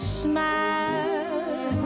smile